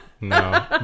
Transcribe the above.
No